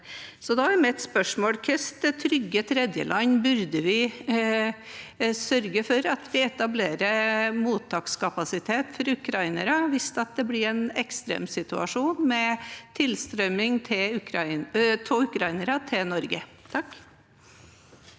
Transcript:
Da er mitt spørsmål: Hvilke trygge tredjeland burde vi sørge for å etablere mottakskapasitet i for ukrainere hvis det blir en ekstremsituasjon med tilstrømming av ukrainere til Norge?